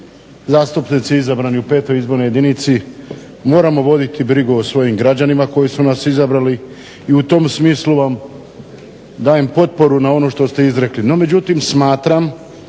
zastupnici izabrani u 5. izbornoj jedinici moramo voditi brigu o svojim građanima koji su nas izabrali. I u tom smislu vam dajem potporu na ono što ste izrekli.